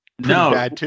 No